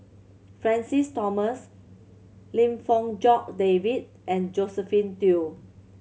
Francis Thomas Lim Fong Jock David and Josephine Teo